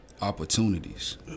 opportunities